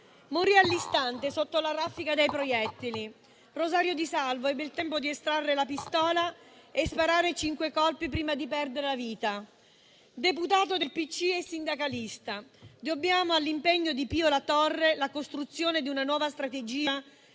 morì all'istante sotto la raffica dei proiettili, mentre Rosario Di Salvo ebbe il tempo di estrarre la pistola e sparare cinque colpi, prima di perdere la vita. Deputato del PCI e sindacalista, dobbiamo all'impegno di Pio La Torre la costruzione di una nuova strategia